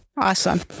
Awesome